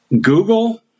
Google